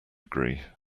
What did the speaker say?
agree